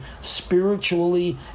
spiritually